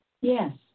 Yes